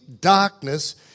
darkness